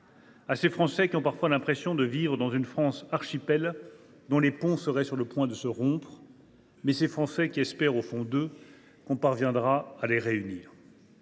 À ces Français qui ont parfois l’impression de vivre dans une France archipel dont les ponts seraient sur le point de se rompre, mais qui espèrent au fond d’eux que l’on parviendra à les réunir.